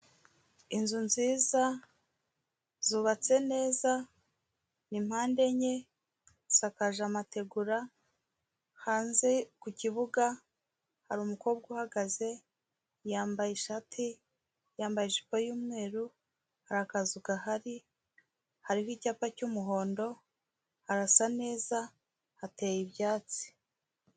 Inzu nziza zubatse neza, ni mpande enye, iisakaja amategura, hanze ku kibuga hari umukobwa uhagaze, yambaye ishati, yambaye ijipo y'umweru hari akazu gahari, hariho icyapa cy'umuhondo, harasa neza hateye ibyatsi.